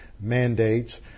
mandates